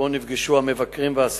1. האם נכון הדבר?